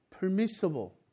permissible